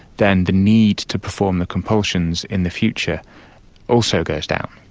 then the need to perform the compulsions in the future also goes down.